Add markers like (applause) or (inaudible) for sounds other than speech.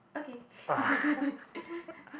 okay (laughs)